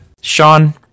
Sean